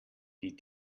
die